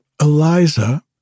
Eliza